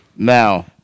Now